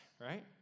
right